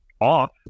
off